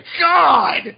god